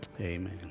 Amen